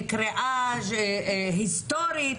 היסטורית,